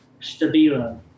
Stabilo